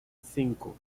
cinco